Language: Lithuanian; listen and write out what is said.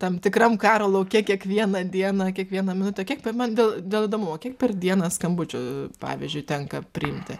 tam tikram karo lauke kiekvieną dieną kiekvieną minutę kiek ten man dėl dėl įdomumo kiek per dieną skambučių pavyzdžiui tenka priimti